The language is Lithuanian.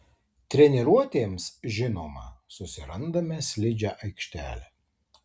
treniruotėms žinoma susirandame slidžią aikštelę